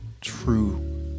true